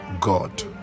God